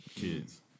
kids